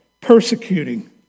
persecuting